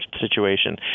situation